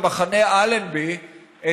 במחנה אלנבי,